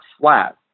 flat